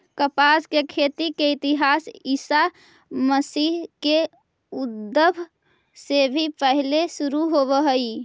कपास के खेती के इतिहास ईसा मसीह के उद्भव से भी पहिले शुरू होवऽ हई